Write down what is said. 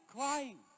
Crying